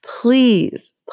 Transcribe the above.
Please